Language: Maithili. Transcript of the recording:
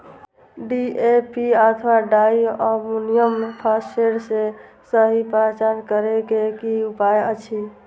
डी.ए.पी अथवा डाई अमोनियम फॉसफेट के सहि पहचान करे के कि उपाय अछि?